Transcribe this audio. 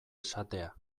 esatea